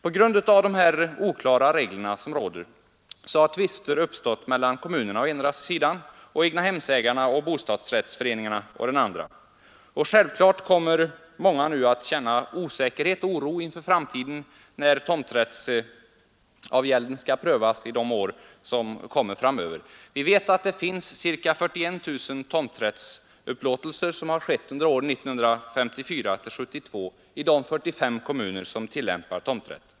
På grund av de oklara regler som råder, har tvister uppstått mellan kommunerna å ena sidan och egnahemsägarna och bostadsföreningar å den andra. Självklart kommer tomträttsinnehavare att känna stor osäkerhet och oro inför framtiden när tomträttsavgälden skall prövas för allt fler de närmaste åren. Det finns 41 000 tomträttsupplåtelser som skett 1954—1972 i de 45 kommuner som tillämpar tomträtt.